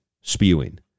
spewing